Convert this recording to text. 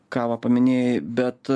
ką vą paminėjai bet